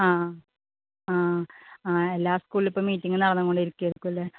ആ ആ ആ എല്ലാ സ്കൂളിലും ഇപ്പം മീറ്റിംഗ് നടന്നുകൊണ്ടിരിക്കുവായിരിക്കുമല്ലേ